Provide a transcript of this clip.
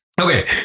okay